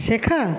শেখা